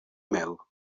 mel